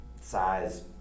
size